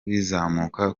bizamuka